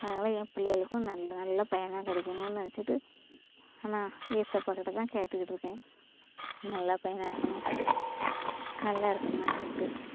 அதனால் என் பிள்ளைகளுக்கும் நல்ல நல்ல பையனாக கிடைக்கணும்னு நினச்சிட்டு நான் ஏசப்பா கிட்டே தான் கேட்டுக்கிட்டிருக்கேன் நல்ல பையனாக இருக்கணும் நல்லாயிருக்கணும் அப்படின்ட்டு